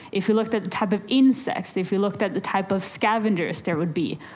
if you looked at the type of insects, if you looked at the type of scavengers there would be,